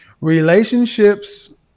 relationships